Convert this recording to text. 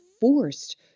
forced